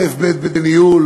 אלף-בית בניהול